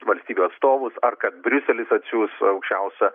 valstybių atstovus ar kad briuselis atsiųs aukščiausią